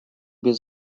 без